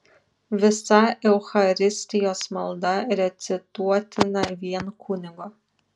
visa eucharistijos malda recituotina vien kunigo